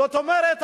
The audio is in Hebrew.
זאת אומרת,